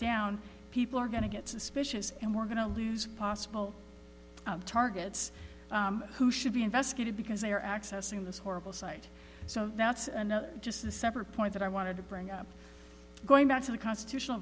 down people are going to get suspicious and we're going to lose possible targets who should be investigated because they are accessing this horrible site so that's just a separate point that i wanted to bring up going back to the constitutional